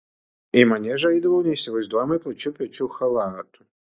į maniežą eidavau neįsivaizduojamai plačių pečių chalatu